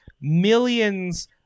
millions